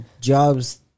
jobs